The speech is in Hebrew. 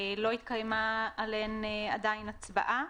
לא התקיימה עליהן עדיין הצבעה,